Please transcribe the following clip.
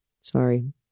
Sorry